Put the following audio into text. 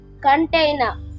Container